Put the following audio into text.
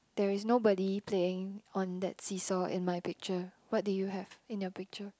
there is nobody playing on that seesaw in my picture what do you have in your picture